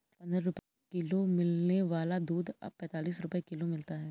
पंद्रह रुपए किलो मिलने वाला दूध अब पैंतालीस रुपए किलो मिलता है